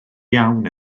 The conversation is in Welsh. iawn